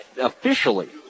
officially